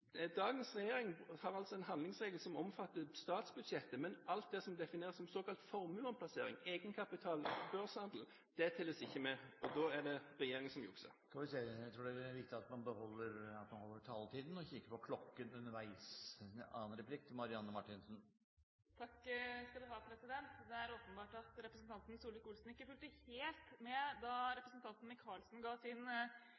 Dagens regjering har altså en handlingsregel som omfatter statsbudsjettet, men alt det som defineres som såkalt formueomplassering – egenkapital, børshandel – telles ikke med. Da er det regjeringen som jukser. Jeg tror det er viktig at man holder taletiden og kikker på klokken underveis. Det er åpenbart at representanten Solvik-Olsen ikke fulgte helt med da